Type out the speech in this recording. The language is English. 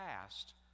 past